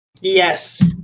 Yes